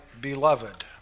beloved